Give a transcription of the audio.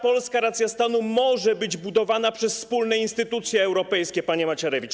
Polska racja stanu może być budowana przez wspólne instytucje europejskie, panie Macierewicz.